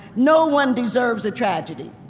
no one deserves a tragedy.